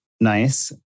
nice